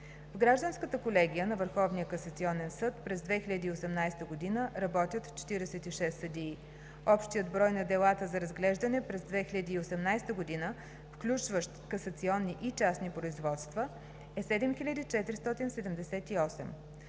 Върховния касационен съд през 2018 г. работят 46 съдии. Общият брой на делата за разглеждане през 2018 г., включващ касационни и частни производства, е 7478.